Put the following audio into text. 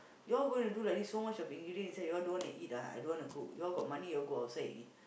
you all gonna do like that so much of ingredient inside you all don't want to eat ah I don't wanna cook you all got money you all go outside and eat